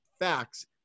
facts